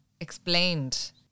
explained